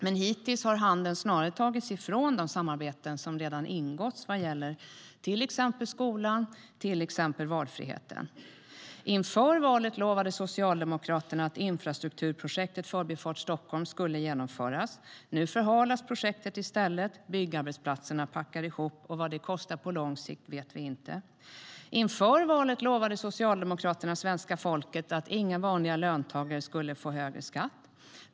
Men hittills har handen snarare tagits ifrån de samarbeten som redan ingåtts vad gäller till exempel skolan och valfriheten. Inför valet lovade Socialdemokraterna svenska folket att inga vanliga löntagare skulle få högre skatt.